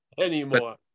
anymore